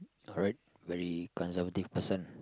alright very conservative person